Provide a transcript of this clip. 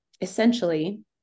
essentially